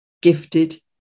Gifted